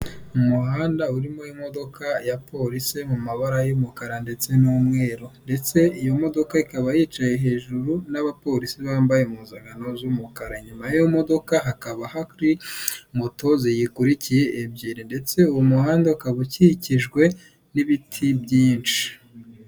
Umuhanda urimo imodoka ya polisi mu mabara y'umukara ndetse n'umweru ndetse iyo modoka ikaba yicaye hejuru n'abapolisi bambaye impuzankano z'umukara, inyuma y'iyo modoka hakaba hari moto ziyikurikiye ebyiri ndetse muhanda ukaba ukikijwe n'ibiti byinshi.